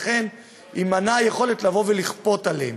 לכן תימנע היכולת לבוא ולכפות עליהם.